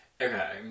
Okay